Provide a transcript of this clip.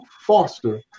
Foster